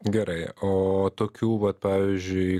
gerai oo tokių vat pavyzdžiui